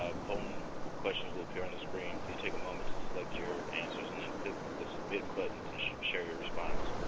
ah polling questions will appear on the screen. please take a moment to select your answers and then click the submit button to share share your response.